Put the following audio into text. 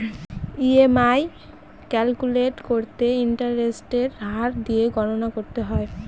EMI calculate করতে ইন্টারেস্টের হার দিয়ে গণনা করতে হয়